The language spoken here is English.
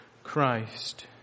Christ